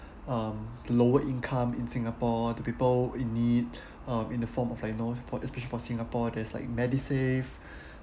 um lower income in singapore to people in need uh in the form of diagnosed for the people of singapore there's like medisave